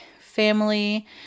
family